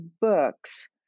books